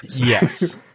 Yes